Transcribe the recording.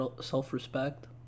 self-respect